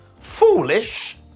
foolish